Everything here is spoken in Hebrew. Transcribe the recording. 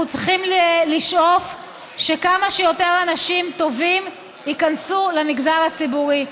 אנחנו צריכים לשאוף שכמה שיותר אנשים טובים ייכנסו למגזר הציבורי.